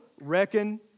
reckon